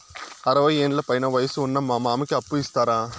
అరవయ్యేండ్ల పైన వయసు ఉన్న మా మామకి అప్పు ఇస్తారా